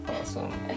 awesome